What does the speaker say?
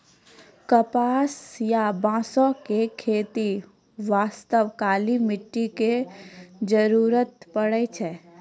कपास या बांगो के खेती बास्तॅ काली मिट्टी के जरूरत पड़ै छै